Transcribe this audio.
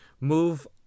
move